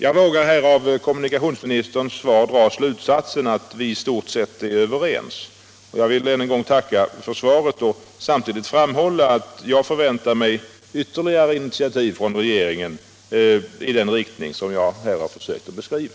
Jag vågar av kommunikationsministerns svar dra slutsatsen att vi i stort sett är överens. Jag vill än en gång tacka för svaret och samtidigt framhålla att jag förväntar mig ytterligare initiativ från regeringen i den riktning som jag här har försökt beskriva.